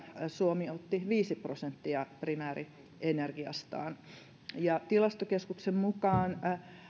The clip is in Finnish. suomi otti viisi prosenttia primäärienergiastaan tilastokeskuksen mukaan